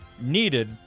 needed